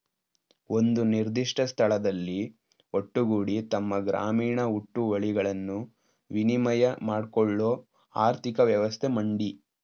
ಒಂದು ನಿರ್ದಿಷ್ಟ ಸ್ಥಳದಲ್ಲಿ ಒಟ್ಟುಗೂಡಿ ತಮ್ಮ ಗ್ರಾಮೀಣ ಹುಟ್ಟುವಳಿಗಳನ್ನು ವಿನಿಮಯ ಮಾಡ್ಕೊಳ್ಳೋ ಆರ್ಥಿಕ ವ್ಯವಸ್ಥೆ ಮಂಡಿ